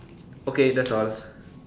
okay that's all